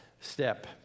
step